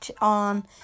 on